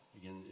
Again